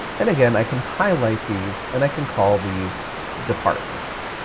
and again, i can highlight these, and i can call these departments.